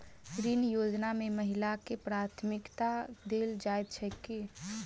ऋण योजना मे महिलाकेँ प्राथमिकता देल जाइत छैक की?